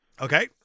Okay